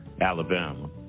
Alabama